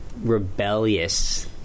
rebellious